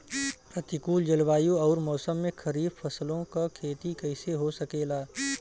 प्रतिकूल जलवायु अउर मौसम में खरीफ फसलों क खेती कइसे हो सकेला?